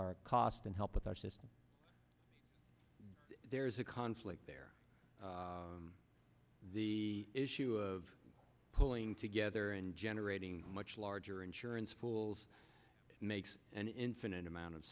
our cost and help with our system there is a conflict there the issue of pulling together and generating much larger insurance pools makes an infinite amount of